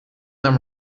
them